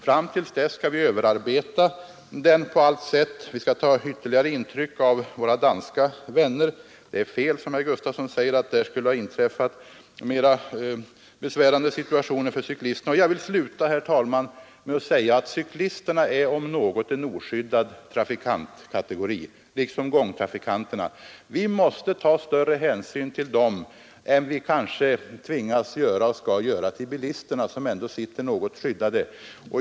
Fram till dess skall vi överarbeta den på allt sätt. Vi skall ta ytterligare intryck från våra danska vänner. Det är fel, som herr Gustafson i Göteborg säger, att det i Danmark skulle ha inträffat mera besvärliga situationer för cyklisterna. Jag vill sluta, herr talman, med att säga att cyklisterna är om något en oskyddad trafikantkategori, liksom gångtrafikanterna. Vi måste ta större hänsyn till dem än vi kanske tvingas göra — och skall göra — till bilisterna, som ändå sitter något skyddade.